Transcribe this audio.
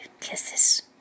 kisses